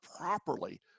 properly